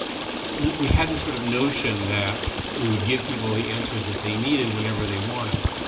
we had this sort of notion that we would give people the answers that they needed whenever they wanted.